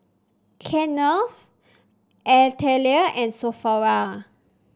Kenan Latanya and Sophronia